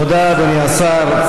תודה, אדוני השר.